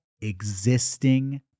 existing